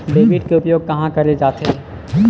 Debit के उपयोग कहां कहा करे जाथे?